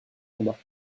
combats